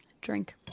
Drink